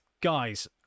guys